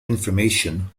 information